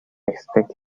expect